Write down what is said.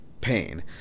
pain